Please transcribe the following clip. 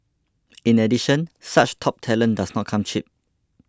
in addition such top talent does not come cheap